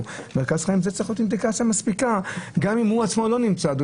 - מרכז החיים צריך להיות אינדיקציה מספיקה גם אם הוא עצמו לא נמצא.